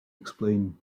explain